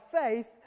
faith